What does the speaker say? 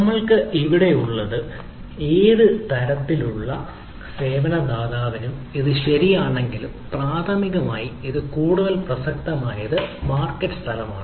നമ്മൾക്ക് ഇവിടെയുള്ളത്ഏത് തരത്തിലുള്ള സേവന ദാതാവിനും ഇത് ശരിയാണെങ്കിലും പ്രാഥമികമായി ഇത് കൂടുതൽ പ്രസക്തമായത് മാർക്കറ്റ് സ്ഥലമാണ്